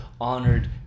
honored